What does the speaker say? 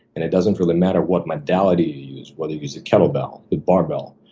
and it doesn't really matter what modality you use, whether you use a kettle bell, barbell,